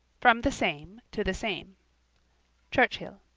from the same to the same churchhill.